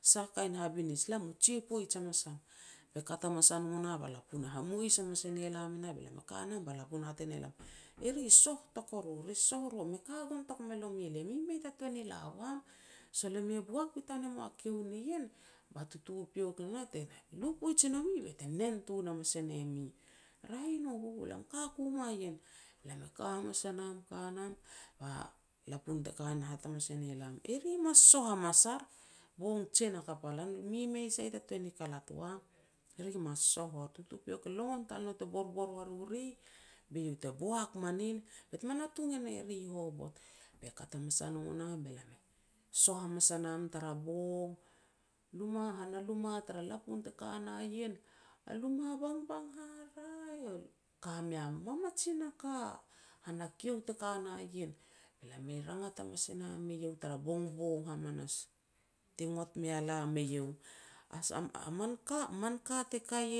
sah a kain habinij, lam mu jia poij hamas am. Be kat hamas a no nah ba lapun hamois hamas e ne lam e nah, be lam ka nam ba lapun hat e ne lam, "E ri e soh tok o ro, re soh o ro, me ka gon tok me nomi elia, mi mei ta tuan ni la wam. Sol e mi e boak bitan e moa kiu nien, ba totopiok ne nah te lu poij e ne mi be te nen tun hamas e ne mi." "Raeh i no bubu lam e ka ku mua ien." Lam ka hamas a nam ka nam ba lapun te ka na hat hamas e ne lam, "Eri e mas soh hamas ar bong jen hakap a lan, mi mei sai ta tuan ni kalat wam, ri mas soh or, tutupiok e longon tal nou te borbor wa ru ri, be iau te boak ma nin bet me natung e ne ri hovot." Be kat hamas a no nah be lam e soh hamas a nam tara bong. Luma, han a luma tara lapun te ka na ien, a luma bangbang haraeh, ka mei a mamajin a ka han a kiu te ka na ien, be lam e rangat hamas e nam eiau tara bongbong hamanas, ti ngot mea lam eiau, "A sah man ka man ka te kai